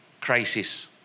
Crisis